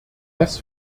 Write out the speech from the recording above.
dass